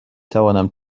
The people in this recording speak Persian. توانم